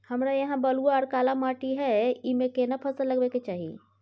हमरा यहाँ बलूआ आर काला माटी हय ईमे केना फसल लगबै के चाही?